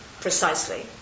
precisely